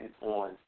on